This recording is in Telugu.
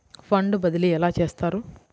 ఫండ్ బదిలీ ఎలా చేస్తారు?